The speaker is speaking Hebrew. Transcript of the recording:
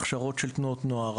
הכשרות של תנועות נוער,